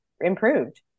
improved